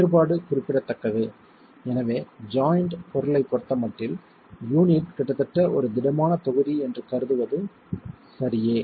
வேறுபாடு குறிப்பிடத்தக்கது எனவே ஜாய்ண்ட் பொருளைப் பொறுத்தமட்டில் யூனிட் கிட்டத்தட்ட ஒரு திடமான தொகுதி என்று கருதுவது சரியே